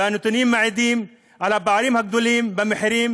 והנתונים מעידים על הפערים הגדולים במחירים